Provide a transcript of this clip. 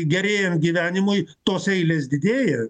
gerėjant gyvenimui tos eilės didėja